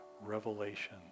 revelation